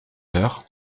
heures